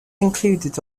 included